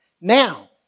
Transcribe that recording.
Now